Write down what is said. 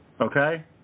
okay